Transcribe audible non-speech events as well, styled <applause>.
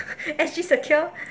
<laughs> S_G secure